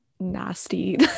nasty